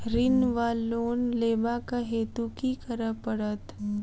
ऋण वा लोन लेबाक हेतु की करऽ पड़त?